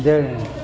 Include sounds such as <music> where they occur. <unintelligible>